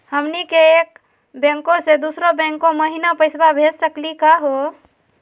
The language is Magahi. हमनी के एक बैंको स दुसरो बैंको महिना पैसवा भेज सकली का हो?